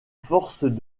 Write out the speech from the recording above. forces